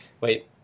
Wait